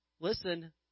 listen